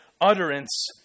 utterance